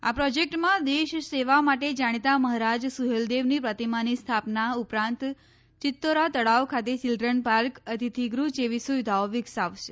આ પ્રોજેક્ટમાં દેશ સેવા માટે જાણીતા મહારાજ સુહેલદેવની પ્રતિમાની સ્થાપના ઉપરાંત ચિતૌરા તળાવ ખાતે ચિલ્ડ્રન પાર્ક અતિથિ ગૃહ જેવી સુવિધાઓ વિકસાવાશે